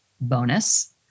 bonus